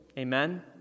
Amen